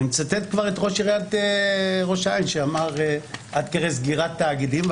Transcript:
אני מצטט כבר את ראש עיריית ראש העין שאמר עד כדי סגירת תאגידים.